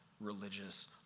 religious